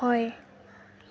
হয়